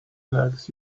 likes